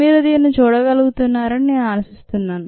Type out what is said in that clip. మీరు దీనిని చూడగలుగుతున్నారని నేను ఆశిస్తున్నాను